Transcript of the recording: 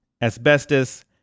asbestos